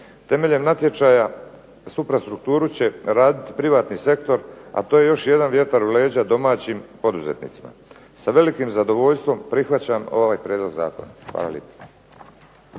Temeljem natječaja … /Govornik se ne razumije./… će raditi privatni sektor, a to je još jedan vjetar u leđa domaćim poduzetnicima. Sa velikim zadovoljstvom prihvaćam ovaj prijedlog zakona. Hvala lijepo.